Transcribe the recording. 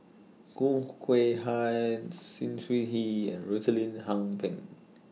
Khoo Kay Hian Chen He and Rosaline Pang